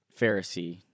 Pharisee